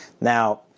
Now